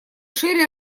шире